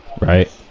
Right